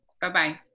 Bye-bye